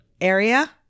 area